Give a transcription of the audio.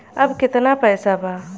अब कितना पैसा बा?